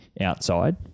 outside